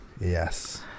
Yes